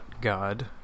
God